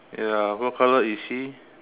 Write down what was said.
ya what color is he